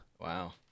Wow